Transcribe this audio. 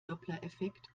dopplereffekt